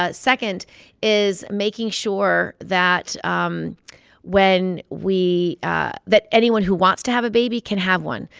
ah second is making sure that um when we ah that anyone who wants to have a baby can have one,